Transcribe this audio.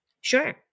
Sure